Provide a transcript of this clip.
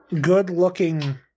good-looking